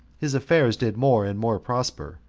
his affairs did more and more prosper,